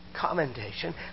Commendation